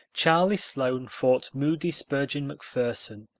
charlie sloane fought moody spurgeon macpherson,